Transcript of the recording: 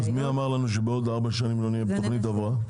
מי אמר לנו שבעוד 4 שנים לא נהיה שוב בתוכנית הבראה?